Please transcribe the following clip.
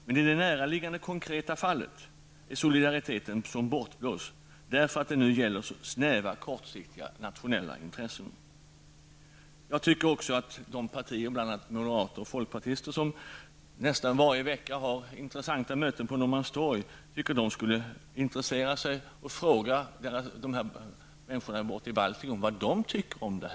Men i det näraliggande konkreta fallet är solidariteten som bortblåst eftersom det nu gäller snäva kortsiktiga nationella intressen. Jag anser också att de partier, bl.a. moderata samlingspartiet och folkpartiet liberalerna, som nästan varje vecka har intressanta möten på Norrmalmstorg, skulle intressera sig och fråga dessa människor i Baltikum vad de anser om detta.